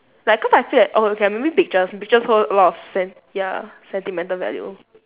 like cause I feel that oh okay maybe pictures pictures hold a lot of sen~ ya sentimental value